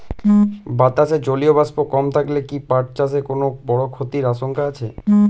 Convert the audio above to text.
বাতাসে জলীয় বাষ্প কম থাকলে কি পাট চাষে কোনো বড় ক্ষতির আশঙ্কা আছে?